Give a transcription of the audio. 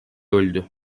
öldü